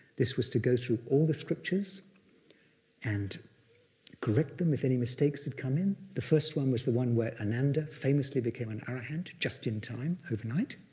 this was to go through all the scriptures and correct them if any mistakes had come in. the first one was the one where ananda and famously became an arahant just in time, overnight.